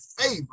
favor